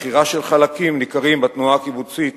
הבחירה של חלקים ניכרים בתנועה הקיבוצית